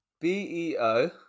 B-E-O